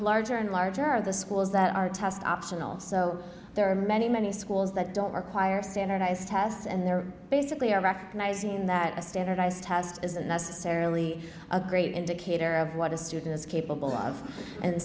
larger and larger are the schools that are test optional so there are many many schools that don't require standardized tests and they're basically are recognizing that a standardized test isn't necessarily a great indicator of what a student is capable